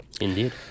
Indeed